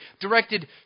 directed